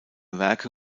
werke